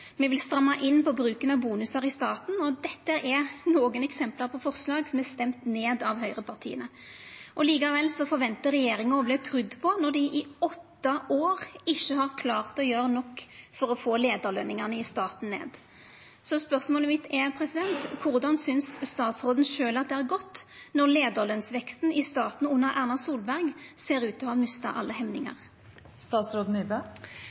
Me vil stramma inn på bruken av bonusar i staten. Dette er nokre eksempel på forslag som vert stemde ned av høgrepartia. Likevel forventar regjeringa å verta trudd når dei i åtte år ikkje har klart å gjera nok for å få leiarløningane i staten ned. Så spørsmålet mitt er: Korleis synest statsråden sjølv at det har gått når leiarlønsveksten i staten under Erna Solberg ser ut til å ha mista alle